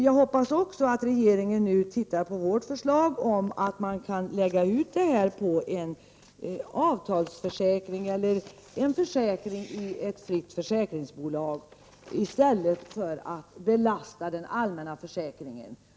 Jag hoppas också att regeringen nu tittar på vårt förslag om att man kan lägga ut detta på en avtalsförsäkring eller en försäkring i ett fritt försäkringsbolag i stället för att belasta den allmänna försäkringen.